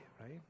right